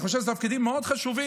אני חושב שאלה תפקידים מאוד חשובים,